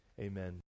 Amen